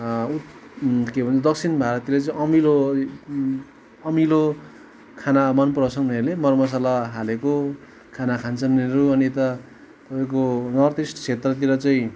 के भन्छ दक्षिण भारततिर चाहिँ अमिलो अमिलो खाना मन पराउँछन् उनीहरूले मरमसाला हालेको खाना खान्छन् उनीहरू अनि यता तपाईँको नर्थ इस्ट क्षेत्रतिर चाहिँ